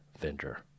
vendor